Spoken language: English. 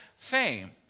Fame